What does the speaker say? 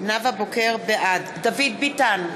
בעד דוד ביטן,